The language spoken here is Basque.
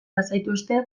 bazaituzte